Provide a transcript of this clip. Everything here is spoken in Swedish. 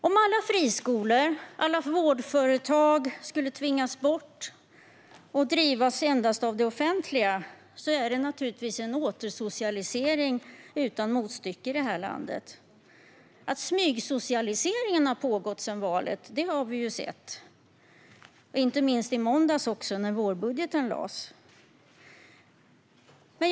Om alla friskolor och alla vårdföretag skulle tvingas bort och om alla skolor och all vård skulle drivas endast av det offentliga är det naturligtvis en återsocialisering utan motstycke i detta land. Att smygsocialiseringen har pågått sedan valet har vi sett. Inte minst såg vi det i måndags när vårbudgeten lades fram.